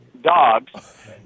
dogs